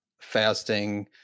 fasting